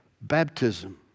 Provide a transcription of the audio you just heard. Baptism